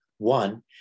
one